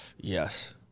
Yes